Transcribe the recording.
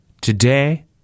Today